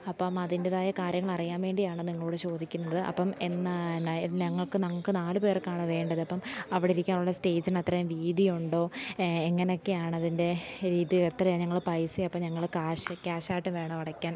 അപ്പം അതിൻറേതായ കാര്യം അറിയാൻ വേണ്ടി ആണ് നിങ്ങളോട് ചോദിക്കുന്നത് അപ്പം എന്നാണ് നയ ഞങ്ങൾക്ക് നമുക്ക് നമുക്ക് നാല് പേർക്കാണ് വേണ്ടത് അപ്പം അവിടെ ഇരിക്കാൻ ഉള്ള സ്റ്റേജിന് അത്രയും വീതി ഉണ്ടോ എങ്ങനെ ഒക്കെയാണ് അതിൻ്റെ ഇത് എത്ര ഞങ്ങൾ പൈസയും അപ്പം ഞങ്ങൾ ക്യാഷ് ക്യാഷ് ആയിട്ട് വേണോ അടക്കാൻ